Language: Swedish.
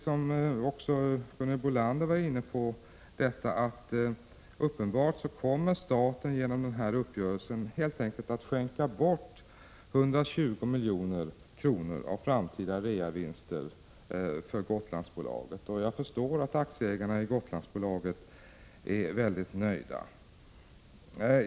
Som Gunhild Bolander var inne på kommer staten uppenbarligen genom den här uppgörelsen helt enkelt att skänka bort 120 milj.kr. av framtida reavinster. Jag förstår att aktieägarna i Gotlandsbolaget är mycket nöjda.